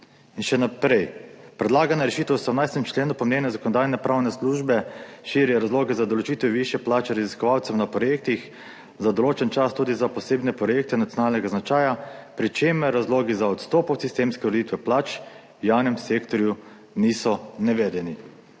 In še naprej, predlagana rešitev v 18. členu po mnenju Zakonodajno-pravne službe širi razloge za določitev višje plače raziskovalcem na projektih za določen čas tudi za posebne projekte nacionalnega značaja, pri čemer razlogi za odstop od sistemske ureditve plač v javnem sektorju niso navedeni.